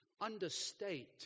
understate